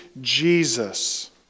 Jesus